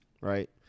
Right